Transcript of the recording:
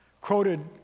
Quoted